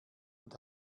und